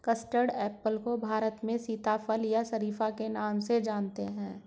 custard apple को भारत में सीताफल या शरीफा के नाम से जानते हैं